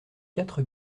quatre